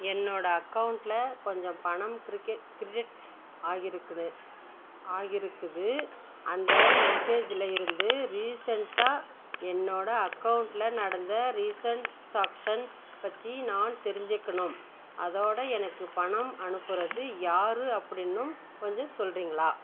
என்னோட அக்கௌண்ட்டில் கொஞ்சம் பணம் கிரிக்கெட் க்ரெடிட் ஆகியிருக்குன்னு ஆகியிருக்குது அந்த மெசேஜில் இருந்து ரீசண்ட்டாக என்னோட அக்கௌண்ட்டில் நடந்த ரீசன் சாக்சன் பற்றி நான் தெரிஞ்சுக்கணும் அதோடு எனக்கு பணம் அனுப்புகிறது யார் அப்படின்னும் கொஞ்சம் சொல்கிறீங்களா